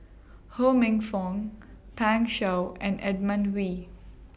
Ho Minfong Pan Shou and Edmund Wee